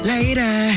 Later